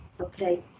okay